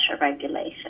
regulation